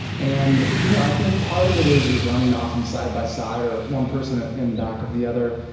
and you know i think part of it is, you're running, often, side-by-side or one person in back of the other,